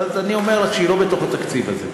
אז אני אומר לך שהיא לא בתוך התקציב הזה.